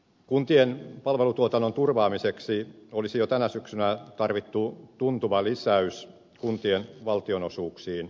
kuntien palvelutuotannon turvaamiseksi olisi jo tänä syksynä tarvittu tuntuva lisäys kuntien valtionosuuksiin